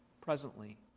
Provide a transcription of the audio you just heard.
presently